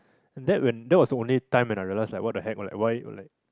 that when that was the only time when I realised like what the heck like why